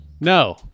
No